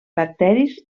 bacteris